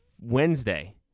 Wednesday